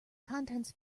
contents